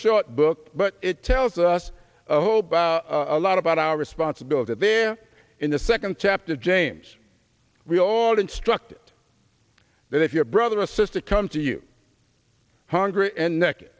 short book but it tells us a whole bag a lot about our responsibility there in the second chapter of james we all instruct that if your brother or sister comes to you hungry and neck